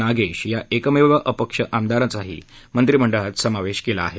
नागेश या एकमेव अपक्ष आमदारांचाही मंत्रिमंडळात समावेश केला आहे